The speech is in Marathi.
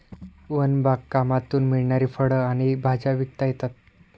वन बागकामातून मिळणारी फळं आणि भाज्या विकता येतात